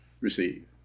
receive